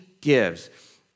gives